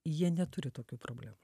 jie neturi tokių problemų